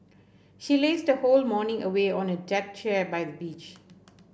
she lazed the whole morning away on a deck chair by the beach